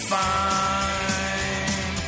fine